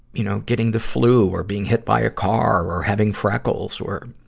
you know, getting the flu or being hit by a car or having freckles or,